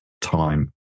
time